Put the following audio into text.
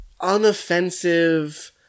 unoffensive